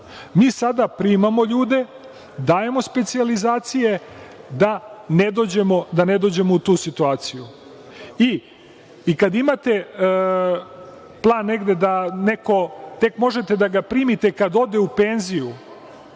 sada primamo ljude, dajemo specijalizacije da ne dođemo u tu situaciju, kada imate plan negde da nekoga tek možete da primite kada neko ode u penziju